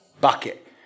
bucket